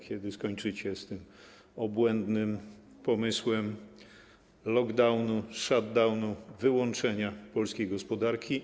Kiedy skończycie z tym obłędnym pomysłem lockdownu, shutdownu, wyłączenia polskiej gospodarki?